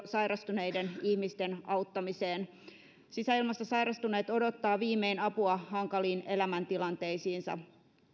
sairastuneiden ihmisten auttamiseen sisäilmasta sairastuneet odottavat viimein apua hankaliin elämäntilanteisiinsa